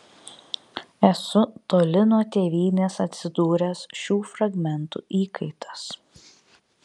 esu toli nuo tėvynės atsidūręs šių fragmentų įkaitas